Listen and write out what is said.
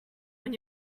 when